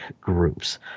groups